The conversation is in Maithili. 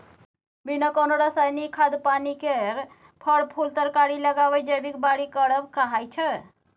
बिना कोनो रासायनिक खाद पानि केर फर, फुल तरकारी लगाएब जैबिक बारी करब कहाइ छै